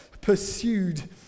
pursued